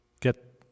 get